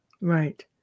Right